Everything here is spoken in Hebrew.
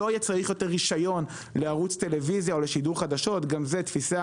לא צריך יהיה יותר רישיון לערוץ טלוויזיה או לשידור חדשות גם זאת תפיסה